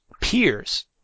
peers